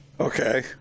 Okay